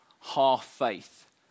half-faith